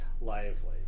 Lively